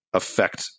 affect